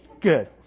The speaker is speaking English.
Good